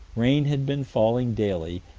rain had been falling daily,